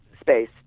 space